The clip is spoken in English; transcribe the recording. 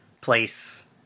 place